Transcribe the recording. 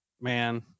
man